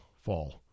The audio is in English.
fall